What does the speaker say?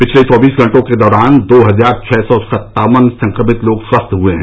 पिछले चौबीस घंटे के दौरान दो हजार छह सौ सत्तावन संक्रमित लोग स्वस्थ हुए हैं